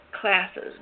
Classes